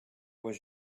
was